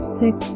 six